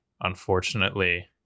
unfortunately